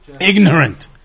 ignorant